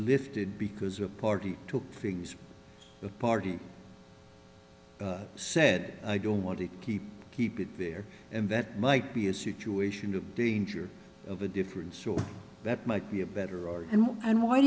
lifted because a party took things the party said i don't want to keep keep it there and that might be a situation of danger of a different sort that might be a better and and why